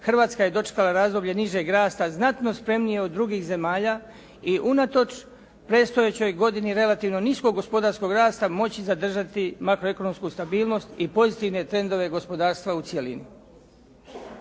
Hrvatska je dočekala razdoblje nižeg rasta znatno spremnije od drugih zemalja i unatoč predstojećoj godini relativno niskog gospodarskog rasta moći zadržati makro ekonomsku stabilnost i pozitivne trendove gospodarstva u cjelini.